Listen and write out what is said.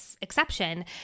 exception